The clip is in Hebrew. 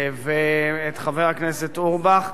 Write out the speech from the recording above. ואת חבר הכנסת אורבך.